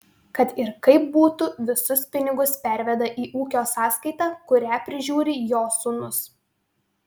kad ir kaip būtų visus pinigus perveda į ūkio sąskaitą kurią prižiūri jo sūnus